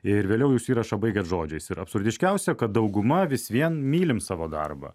ir vėliau jūs įrašą baigiat žodžiais ir absurdiškiausia kad dauguma vis vien mylim savo darbą